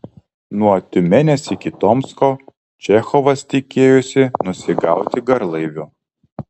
nuo tiumenės iki tomsko čechovas tikėjosi nusigauti garlaiviu